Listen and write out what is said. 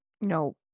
No